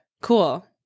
Cool